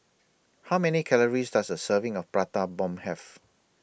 How Many Calories Does A Serving of Prata Bomb Have